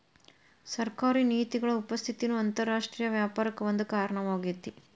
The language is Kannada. ಸರ್ಕಾರಿ ನೇತಿಗಳ ಉಪಸ್ಥಿತಿನೂ ಅಂತರರಾಷ್ಟ್ರೇಯ ವ್ಯಾಪಾರಕ್ಕ ಒಂದ ಕಾರಣವಾಗೇತಿ